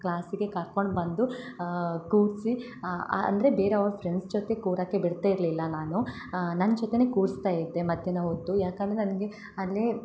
ಕ್ಲಾಸಿಗೆ ಕರ್ಕೊಂಡು ಬಂದು ಕೂಡ್ಸಿ ಅಂದರೆ ಬೇರೆ ಅವ್ರ ಫ್ರೆಂಡ್ ಜೊತೆ ಕೂರಕೆ ಬಿಡ್ತಿರಲಿಲ್ಲ ನಾನು ನನ್ನ ಜೊತೆನೆ ಕೂರ್ಸ್ತಾ ಇದ್ದೆ ಮಧ್ಯಾಹ್ನ ಹೊತ್ತು ಯಾಕಂದರೆ ನನಗೆ ಅಲ್ಲೇ